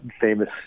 famous